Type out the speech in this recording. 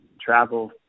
travel